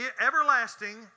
Everlasting